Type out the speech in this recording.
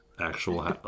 Actual